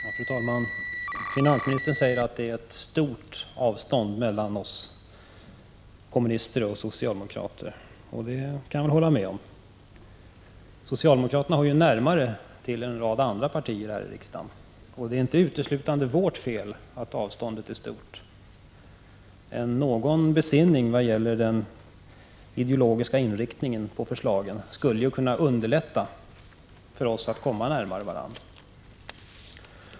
Fru talman! Finansministern säger att det är ett stort avstånd mellan oss kommunister och socialdemokraterna, och det kan jag hålla med om. Socialdemokraterna har ju närmare till en rad andra partier här i riksdagen, och det är inte uteslutande vårt fel att avståndet är stort. Någon besinning vad gäller den ideologiska inriktningen på förslagen skulle underlätta för oss att komma närmare varandra.